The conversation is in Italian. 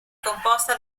composta